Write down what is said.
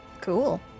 Cool